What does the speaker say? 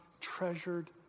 treasured